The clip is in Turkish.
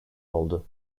oldu